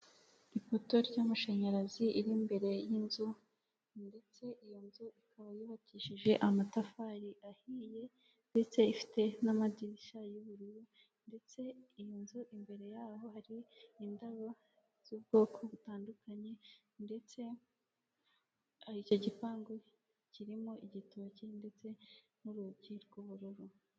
Urupapuro rw'umweru rwanditseho amagambo mu ibara ry'umukara amazina n'imibare yanditseho mu rurimi rw'icyongereza n'ifite amabara y'imituku.